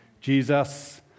Jesus